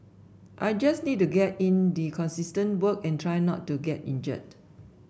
I just need to get in the consistent work and try not to get injured